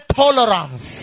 tolerance